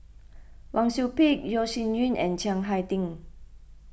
Wang Sui Pick Yeo Shih Yun and Chiang Hai Ding